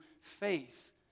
faith